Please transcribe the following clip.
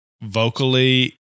vocally